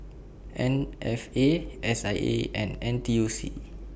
M F A S I A and N T U C